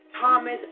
Thomas